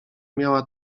miała